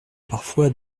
parfois